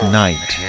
night